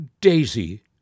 Daisy